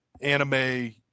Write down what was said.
anime